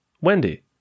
Wendy